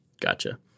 Gotcha